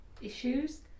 issues